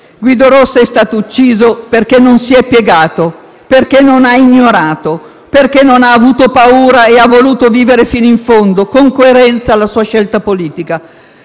«Guido Rossa è stato ucciso perché non si è piegato, perché non ha ignorato, perché non ha avuto paura e ha voluto vivere fino in fondo, con coerenza, la sua scelta politica.